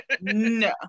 no